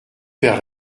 perds